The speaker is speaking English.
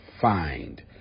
find